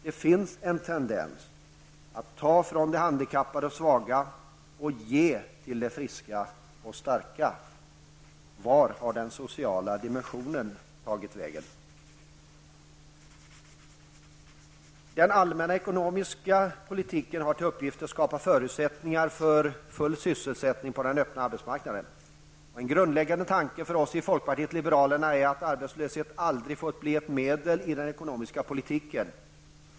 Det finns en tendens att ta från de handikappade och svaga och ge till de friska och starka. Vart har den sociala dimensionen tagit vägen? Den allmänna ekonomiska politiken har till uppgift att skapa förutsättningar för full sysselsättning på den öppna arbetsmarknaden. En grundläggande tanke hos oss i folkpartiet liberalerna är att arbetslöshet aldrig får bli ett medel i den ekonomiska politiken.